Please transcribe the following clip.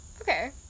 Okay